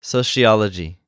Sociology